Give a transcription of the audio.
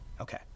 okay